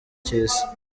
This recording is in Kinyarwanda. cy’isi